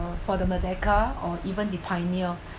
for the merdeka or even the pioneer